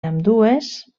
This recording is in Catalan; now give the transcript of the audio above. ambdues